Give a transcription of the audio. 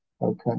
Okay